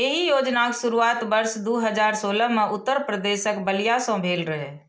एहि योजनाक शुरुआत वर्ष दू हजार सोलह मे उत्तर प्रदेशक बलिया सं भेल रहै